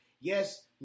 Yes